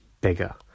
bigger